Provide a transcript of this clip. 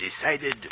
decided